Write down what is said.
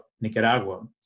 Nicaragua